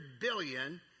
billion